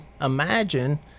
imagine